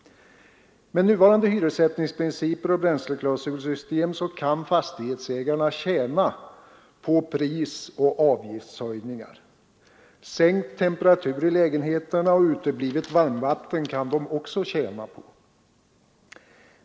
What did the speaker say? Med nuvarande hyressättningsprinciper och bränsleklausulsystem kan fastighetsägarna tjäna på prisoch avgiftshöjningar. Sänkt temperatur i lägenheterna och uteblivet varmvatten kan de också tjäna på.